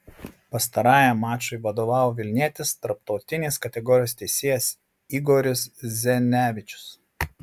pastarajam mačui vadovavo vilnietis tarptautinės kategorijos teisėjas igoris zenevičius